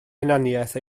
hunaniaeth